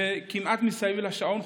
וכמעט מסביב לשעון,